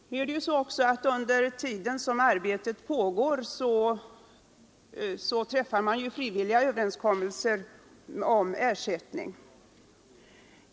Under den tid arbetet med trafiksanering pågår träffar man också frivilliga överenskommelser om ersättning.